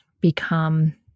become